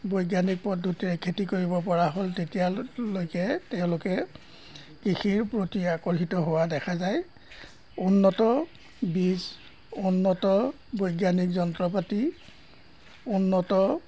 বৈজ্ঞানিক পদ্ধতিৰে খেতি কৰিব পৰা হ'ল তেতিয়ালৈকে তেওঁলোকে কৃষিৰ প্ৰতি আকৰ্ষিত হোৱা দেখা যায় উন্নত বীজ উন্নত বৈজ্ঞানিক যন্ত্ৰপাতি উন্নত